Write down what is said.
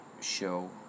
show